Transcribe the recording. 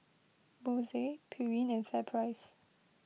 Bose Pureen and FairPrice